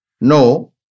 No